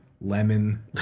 lemon